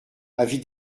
avis